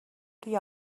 the